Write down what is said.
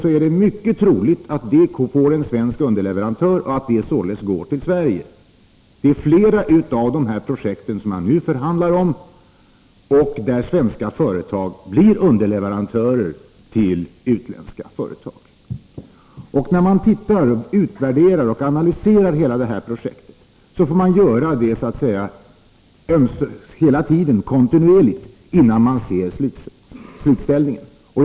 Det är mycket troligt att landningsstället får en svensk underleverantör och att det arbetet således går till Sverige. När det gäller flera av de projekt som man nu förhandlar om blir svenska företag underleverantörer till utländska företag. När man utvärderar och analyserar hela det här projektet får man så att säga göra det kontinuerligt innan man ser det slutliga utfallet.